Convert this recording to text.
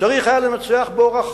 צריך היה לנצח באורח